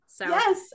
Yes